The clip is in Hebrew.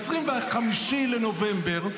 ב-25 בנובמבר,